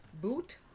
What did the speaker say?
boot